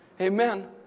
Amen